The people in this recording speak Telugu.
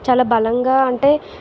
చాలా బలంగా అంటే